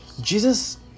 Jesus